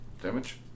Damage